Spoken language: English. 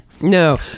No